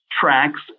tracks